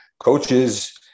Coaches